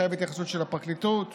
מחייב התייחסות של הפרקליטות,